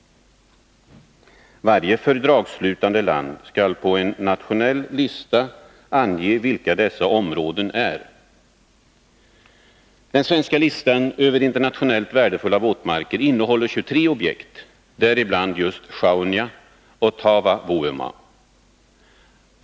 Varje fördragsslutande land skall på en nationell lista ange vilka dessa områden är. Den svenskalistan över internationellt värdefulla våtmarker innehåller 23 objekt, däribland just Sjaunja och Taavavuoma.